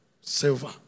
Silver